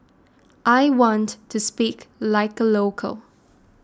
I want to speak like a local